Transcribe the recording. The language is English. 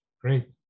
Great